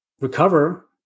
recover